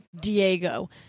Diego